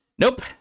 nope